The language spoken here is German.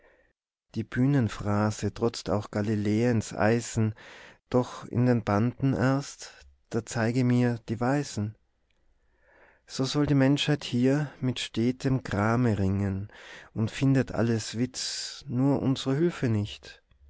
die bühnenphrase trotzt auch galiläens eisen doch in den banden erst da zeige mir die weisen so soll die menschheit hier mit stetem grame ringen und findet alles witz nur unsre hülfe nicht